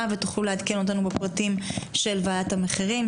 ותוכלו לעדכן אותנו בפרטים של ועדת המחירים,